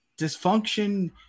dysfunction